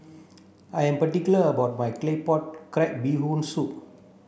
I am particular about my claypot crab bee hoon soup